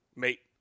mate